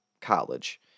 college